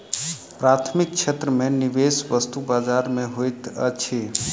प्राथमिक क्षेत्र में निवेश वस्तु बजार में होइत अछि